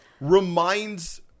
reminds